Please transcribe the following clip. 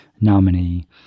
nominee